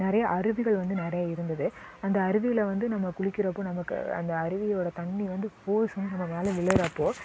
நிறையா அருவிகள் வந்து நிறையா இருந்தது அந்த அருவியில் வந்து நம்ம குளிக்கிறப்போது நமக்கு அந்த அருவியோடய தண்ணி வந்து ஃபோர்ஸாக நம்ம மேலே விழுகிறப்போ